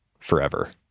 forever